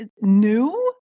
new